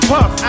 Puff